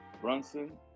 Brunson